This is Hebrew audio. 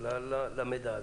למידע הזה.